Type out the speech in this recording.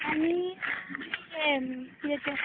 आनी हें कितें तें